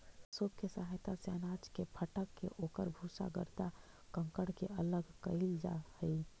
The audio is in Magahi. सूप के सहायता से अनाज के फटक के ओकर भूसा, गर्दा, कंकड़ के अलग कईल जा हई